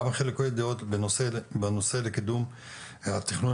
היה ב-959 ואני חושב שכדאי לאמץ את הנושא הזה ולתקצב תקציב להסרת